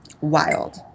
wild